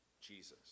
Jesus